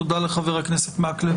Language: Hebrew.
תודה לחבר הכנסת מקלב